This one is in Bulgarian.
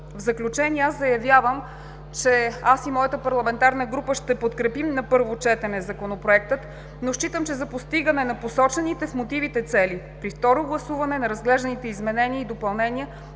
В заключение, заявявам, че аз и моята парламентарна група ще подкрепим на първо четене Законопроектът. Но считам, че за постигане на посочените в мотивите цели, при второто гласуване на разглежданите изменения и допълнения,